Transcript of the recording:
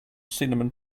cinnamon